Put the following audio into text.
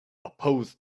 oppose